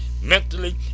mentally